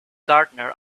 gardener